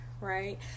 right